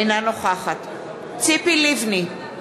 אינה נוכחת ציפי לבני,